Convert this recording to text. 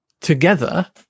together